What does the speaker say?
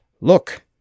Look